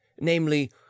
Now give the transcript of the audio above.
namely